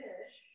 Fish